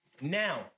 Now